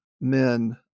men